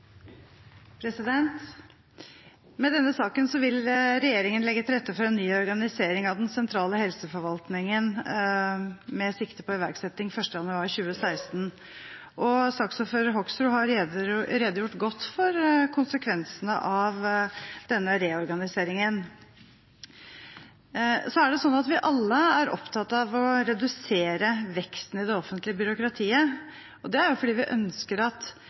Oslo. Med denne saken vil regjeringen legge til rette for en ny organisering av den sentrale helseforvaltningen med sikte på iverksetting den 1. januar 2016. Saksordfører Hoksrud har redegjort godt for konsekvensene av denne reorganiseringen. Vi er alle opptatt av å redusere veksten i det offentlige byråkratiet. Det er fordi vi ønsker at